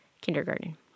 kindergarten